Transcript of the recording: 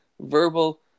verbal